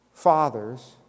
Fathers